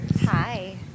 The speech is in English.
Hi